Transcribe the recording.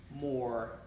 more